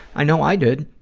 i know i did.